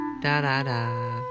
Da-da-da